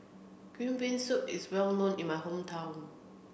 green bean soup is well known in my hometown